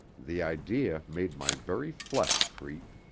the idea made my very flesh creep.